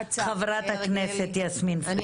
חברת הכנסת יסמין פרידמן, בבקשה.